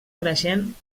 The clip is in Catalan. creixent